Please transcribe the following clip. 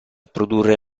produrre